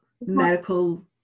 Medical